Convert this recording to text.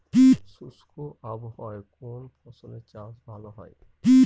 শুষ্ক আবহাওয়ায় কোন ফসলের চাষ ভালো হয়?